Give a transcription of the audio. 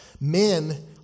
Men